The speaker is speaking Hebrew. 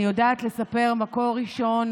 אני יודעת לספר ממקור ראשון,